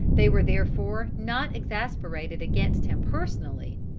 they were therefore not exasperated against him personally.